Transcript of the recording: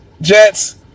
Jets